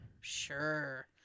Sure